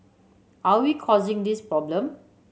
are we causing these problem